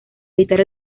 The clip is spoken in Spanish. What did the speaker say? evitar